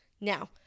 Now